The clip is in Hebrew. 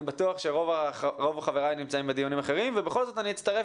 אני בטוח שרוב חבריי נמצאים בדיונים אחרים ובכל זאת אני אצטרף